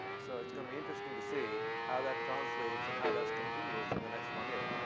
so it's going to be interesting to see how that translates and how that continues in the next one year.